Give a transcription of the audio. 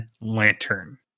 Lantern